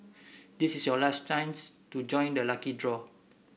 this is your last chance to join the lucky draw